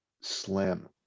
slim